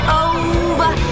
over